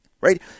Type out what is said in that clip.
Right